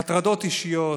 הטרדות אישיות,